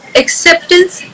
acceptance